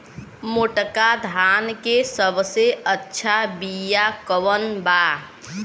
मोटका धान के सबसे अच्छा बिया कवन बा?